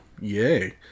yay